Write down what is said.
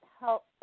help